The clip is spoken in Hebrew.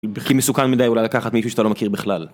כי מסוכן מדי אולי לקחת מישהו שאתה לא מכיר בכלל